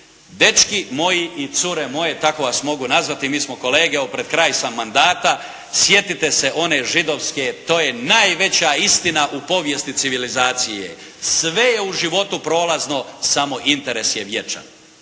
Dečki moji i cure moje, tako vas mogu nazvati, mi smo kolege, evo pred kraj sam mandata, sjetite se one židovske. To je najveća istina u povijesti civilizacije. Sve je u životu prolazno, samo interes je vječan.